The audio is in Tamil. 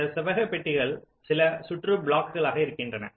இந்த செவ்வக பெட்டிகள் சில சுற்று பிளாக்களின் களாக இருக்கின்றன